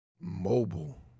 Mobile